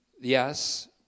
yes